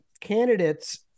Candidates